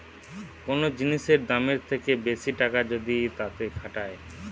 কোন জিনিসের দামের থেকে বেশি টাকা যদি তাতে খাটায়